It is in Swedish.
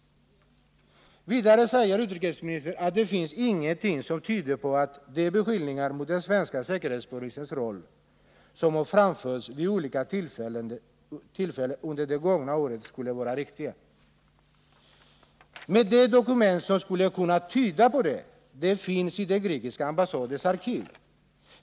Vidare säger utrikesministern att det finns ingenting som tyder på att de beskyllningar mot den svenska säkerhetspolisen som har framförts vid olika tillfällen under de gångna åren skulle vara riktiga. Men de dokument som skulle kunna bevisa det finns i den grekiska ambassadens arkiv.